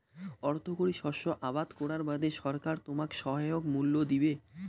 অর্থকরী শস্য আবাদ করার বাদে সরকার তোমাক সহায়ক মূল্য দিবে